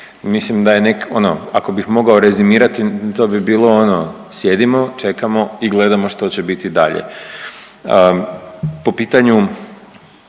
mislim da je, ono, ako bih mogao rezimirati, to bi bilo ono, sjedimo, čekamo i gledamo što će biti dalje. Po pitanju